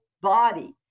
body